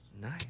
Nice